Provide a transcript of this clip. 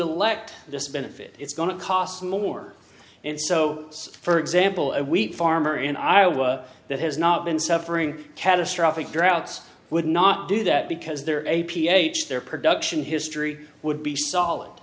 elect this benefit it's going to cost more and so for example a wheat farmer in iowa that has not been suffering catastrophic droughts would not do that because they're a ph their production history would be solid